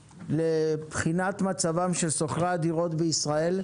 לבחינת מצבם של שוכרי הדירות בישראל,